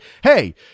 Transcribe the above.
hey